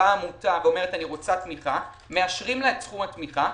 שעמותה אומרת: אני רוצה תמיכה - מאשרים לה את סכום התמיכה.